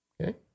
Okay